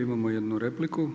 Imamo jednu repliku.